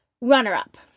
runner-up